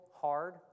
hard